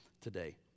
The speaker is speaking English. today